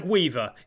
Weaver